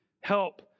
help